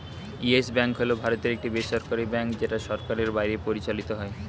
yes Bank হল ভারতের একটি বেসরকারী ব্যাঙ্ক যেটা সরকারের বাইরে পরিচালিত হয়